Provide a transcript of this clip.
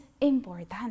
important